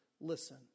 listen